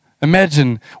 Imagine